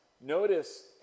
Notice